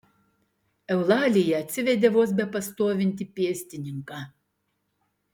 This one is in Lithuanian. eulalija atsivedė vos bepastovintį pėstininką